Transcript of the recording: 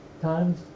times